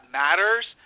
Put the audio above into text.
matters